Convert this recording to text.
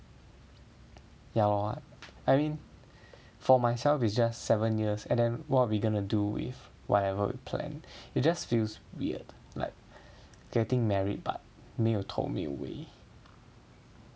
ya lor I mean for myself is just seven years and then what are we going to do if whatever we plan it just feels weird like getting married but 没有头没有尾